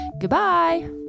Goodbye